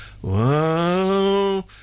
Whoa